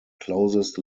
closest